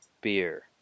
beer